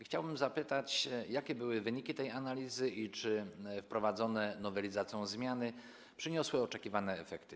Chciałbym zapytać: Jakie były wyniki tej analizy i czy wprowadzone nowelizacją zmiany przyniosły oczekiwane efekty?